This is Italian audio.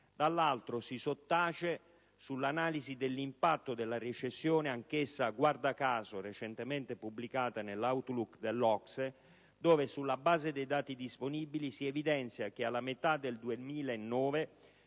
dall'altro si sottace l'analisi dell'impatto della recessione, anch'essa - guarda caso - recentemente pubblicata nell'Outlook dell'OCSE, dove, sulla base dei dati disponibili, si evidenzia che alla metà del 2009